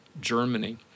Germany